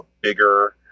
bigger